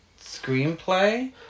screenplay